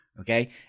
okay